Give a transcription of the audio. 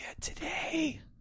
today